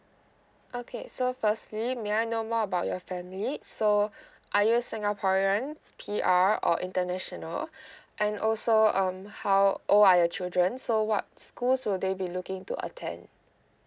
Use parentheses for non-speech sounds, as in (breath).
okay so firstly may I know more about your family so are you a singaporean P_R or international (breath) and also um how old are your children so what school so they'll be looking to attend